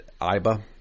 Iba